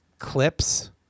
clips